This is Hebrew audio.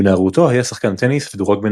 בנערותו היה שחקן טניס ודורג בין